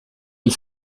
und